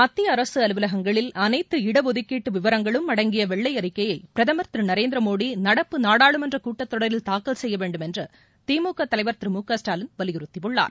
மத்தியஅரசுஅலுவலகங்களில் இடஒதுக்கீடுவிவரங்களும் அனைத்து அடங்கியவெள்ளைஅறிக்கையைபிரதமர் திருநரேந்திரமோடிநடப்பு நாடாளுமன்றக் கூட்டத்தொடரில் தாக்கல் செய்யவேண்டும் என்றுதிமுகதலைவர் திரு மு க ஸ்டாலின் வலியுறுத்தியுள்ளார்